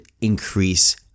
increase